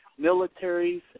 militaries